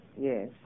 Yes